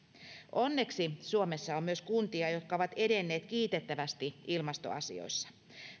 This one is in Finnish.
onneksi suomessa on myös kuntia jotka ovat edenneet kiitettävästi ilmastoasioissa